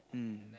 mm